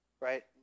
right